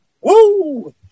Woo